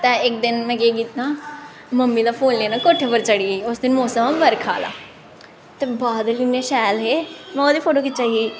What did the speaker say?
ते इक दिन में केह् कीता मम्मी दा फोन लेआ कोठे पर चली गेई उस दिन मोसम हा बरखा आह्ला ते बादल इ'न्ने शैल हे में ओह्दे फोटो खिच्चा दी ही